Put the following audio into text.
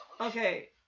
okay